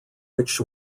which